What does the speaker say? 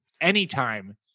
anytime